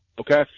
okay